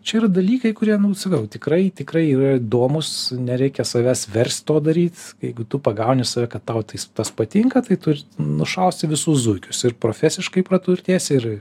čia yra dalykai kurie nu sakau tikrai tikrai yra įdomūs nereikia savęs verst to daryt jeigu tu pagauni save kad tau tais tas patinka tai tu ir nušausi visus zuikius ir profesiškai praturtėsi ir ir